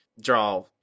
draw